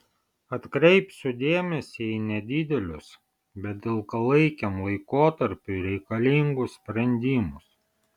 atkreipsiu dėmesį į nedidelius bet ilgalaikiam laikotarpiui reikalingus sprendimus